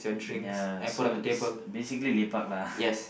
mm ya so basically lepak lah